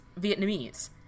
Vietnamese